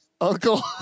Uncle